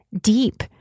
deep